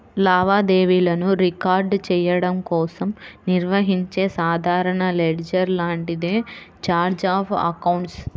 లావాదేవీలను రికార్డ్ చెయ్యడం కోసం నిర్వహించే సాధారణ లెడ్జర్ లాంటిదే ఛార్ట్ ఆఫ్ అకౌంట్స్